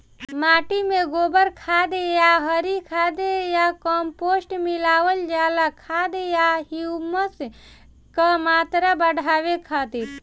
माटी में गोबर खाद या हरी खाद या कम्पोस्ट मिलावल जाला खाद या ह्यूमस क मात्रा बढ़ावे खातिर?